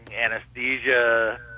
anesthesia